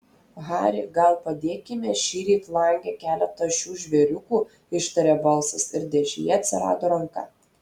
hari gal padėkime šįryt lange keletą šių žvėriukų ištarė balsas ir dėžėje atsirado ranka